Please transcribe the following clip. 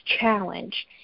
Challenge